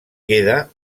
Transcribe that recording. queda